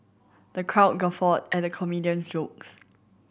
the crowd guffawed at the comedian's jokes